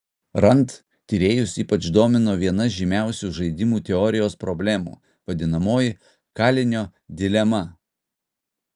rand tyrėjus ypač domino viena žymiausių žaidimų teorijos problemų vadinamoji kalinio dilema